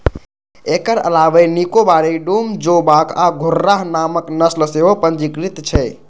एकर अलावे निकोबारी, डूम, जोवॉक आ घुर्राह नामक नस्ल सेहो पंजीकृत छै